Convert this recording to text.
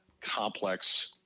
complex